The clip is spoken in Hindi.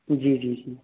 जी जी जी